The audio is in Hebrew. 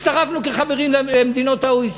הצטרפנו כחברים ל-OECD,